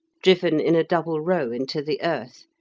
driven in a double row into the earth,